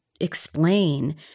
explain